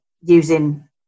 using